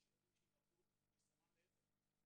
יש ילדים שהתעוורו מסמן לייזר כזה.